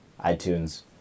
iTunes